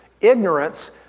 ignorance